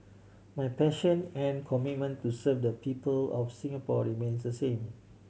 my passion and commitment to serve the people of Singapore remains the same